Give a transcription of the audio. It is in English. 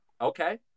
Okay